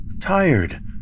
tired